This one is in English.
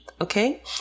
okay